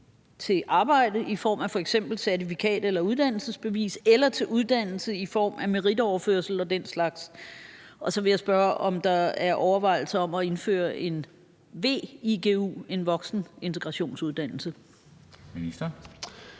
til arbejde i form af f.eks. certifikat eller uddannelsesbevis eller til uddannelse i form af meritoverførsel og den slags. Så vil jeg spørge, om der er overvejelser om at indføre en v-igu, en voksenintegrationsuddannelse. Kl.